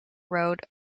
road